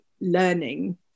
learning